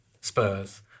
Spurs